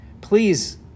please